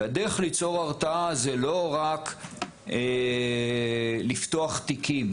והדרך ליצור הרתעה זה לא רק לפתוח תיקים